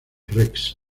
rex